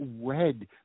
red